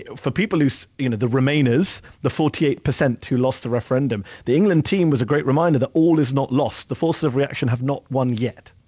for people who, so you know the remainers, the forty eight percent to lost the referendum, the england team was a great reminder that all is not lost, the forces of reaction have not won yet.